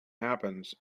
happens